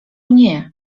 nie